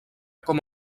com